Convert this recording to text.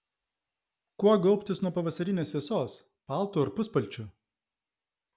kuo gaubtis nuo pavasarinės vėsos paltu ar puspalčiu